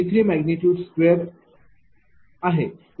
01120